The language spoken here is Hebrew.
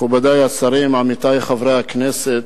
מכובדי השרים, עמיתי חברי הכנסת,